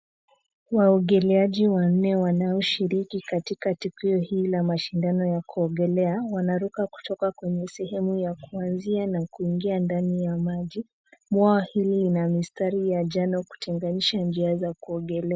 Waogeleaji wanne wanaoshiriki katika tukio hii la mashindano ya kuogelea, wanaruka kutoka kwenye sehemu ya kuanzia na kuingia ndani ya maji. Bwawa hili lina mistari ya njano, kutenganisha njia za kuogelea.